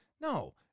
No